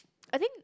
I think